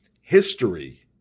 history